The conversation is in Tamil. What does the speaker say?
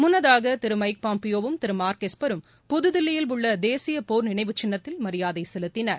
முன்னதாக திரு மைக் பாய்பியோவும் திரு மார்க் எஸ்பரும் புதுதில்லியில் உள்ள தேசிய போர் நினைவுச் சின்னத்தில் மரியாதை செலுத்தினர்